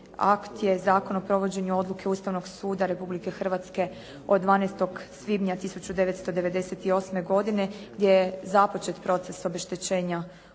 akt je Zakon o provođenju odluke Ustavnog suda Republike Hrvatske od 12. svibnja 1998. godine gdje je započet proces obeštećenja